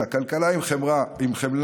אלא כלכלה עם חמלה,